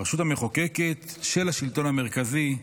הרשות המחוקקת של השלטון המרכזי,